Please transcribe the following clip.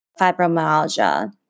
fibromyalgia